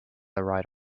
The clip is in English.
write